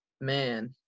man